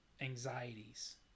anxieties